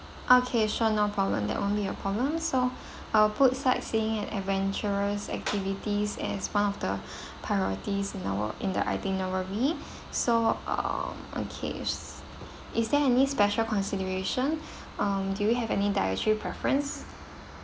okay sure no problem that won't be a problem so I'll put sightseeing and adventurous activities as one of the priorities in our in the itinerary so um okay s~ is there any special consideration um do you have any dietary preference